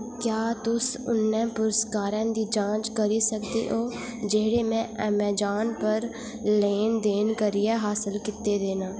क्या तुस उन्नें पुरस्कारें दी जांच करी सकदे ओ जेह्ड़े में ऐमजान पर लैन देन करियै हासल कीते दे न